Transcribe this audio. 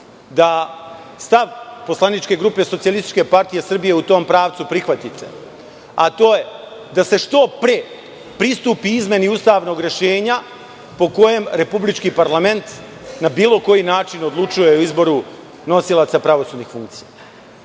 da stav poslaničke grupe SPS u tom pravcu prihvatite, a to je da se što pre pristupi izmeni ustavnog rešenja po kojem republički parlament na bilo koji način odlučuje o izboru nosilaca pravosudnih funkcija,